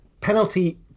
penalty